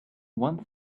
one